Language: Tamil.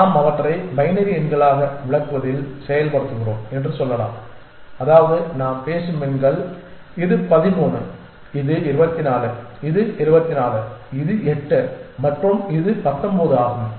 நாம் அவற்றை பைனரி எண்களாக விளக்குவதில் செயல்படுத்துகிறோம் என்று சொல்லலாம் அதாவது நாம் பேசும் எண்கள் இது 13 இது 24 இது 24 இது 8 மற்றும் இது 19 ஆகும்